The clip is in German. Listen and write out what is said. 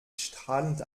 strahlend